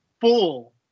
full